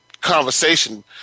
conversation